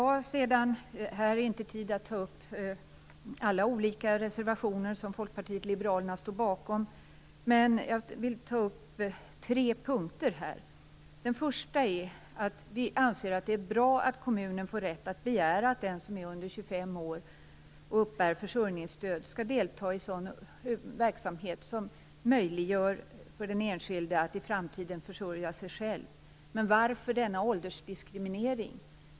Här är inte tid att ta upp alla reservationer som Folkpartiet liberalerna står bakom, men jag vill ta upp tre punkter. Den första är att vi anser att det är bra att kommunen får rätt att begära att den som är under 25 år och uppbär försörjningsstöd skall delta i sådan verksamhet som möjliggör för den enskilde att i framtiden försörja sig själv - men varför denna åldersdiskriminering?